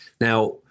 Now